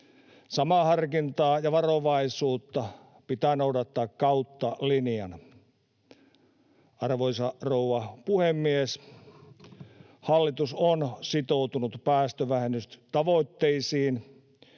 Samaa harkintaa ja varovaisuutta pitää noudattaa kautta linjan. Arvoisa rouva puhemies! Hallitus on sitoutunut päästövähennystavoitteisiin,